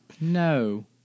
no